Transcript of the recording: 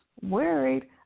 worried